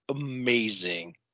amazing